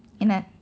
என்ன:enna